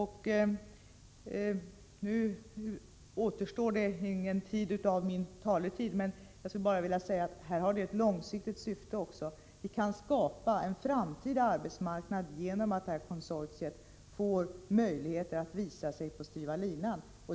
Nu återstår knappast något av min taletid, men jag skulle bara vilja säga att vi här också har ett långsiktigt syfte, nämligen att skapa en framtida arbetsmarknad genom att det här konsortiet får möjlighet att visa sig på styva linan.